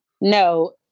no